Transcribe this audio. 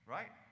Right